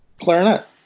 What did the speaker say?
clarinet